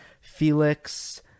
Felix